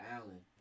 Allen